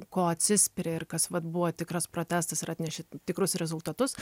ko atsispiri ir kas vat buvo tikras protestas ir atnešė tikrus rezultatus